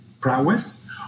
prowess